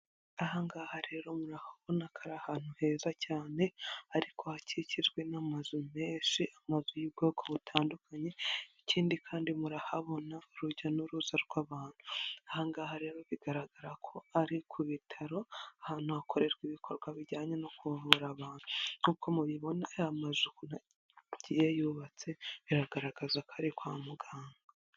Aha ngaha rero murahabona ko ari ahantu heza cyane ariko hakikijwe n'amazu menshi, amazu y'ubwoko butandukanye ikindi kandi murahabona urujya n'uruza rw'abantu, aha ngaha rero bigaragara ko ari ku bitaro ahantu hakorerwa ibikorwa bijyanye no kuvura abantu, nkuko mubibona aya mazu ukuntu agiye yubatse biragaragaza ko ari kwa muganga.